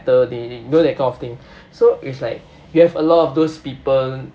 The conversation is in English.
~ter they you know that kind of thing so it's like you have a lot of those people